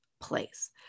place